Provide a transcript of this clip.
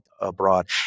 abroad